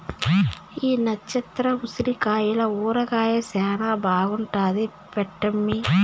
ఈ నచ్చత్ర ఉసిరికాయల ఊరగాయ శానా బాగుంటాది పెట్టమ్మీ